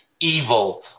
evil